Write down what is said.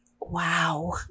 Wow